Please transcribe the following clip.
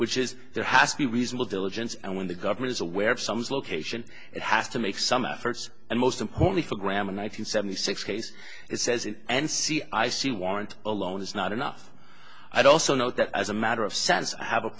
which is there has to be reasonable diligence and when the government is aware of some location it has to make some efforts and most importantly for grandma nine hundred seventy six case it says it and see i see warrant alone is not enough i'd also note that as a matter of sense i have a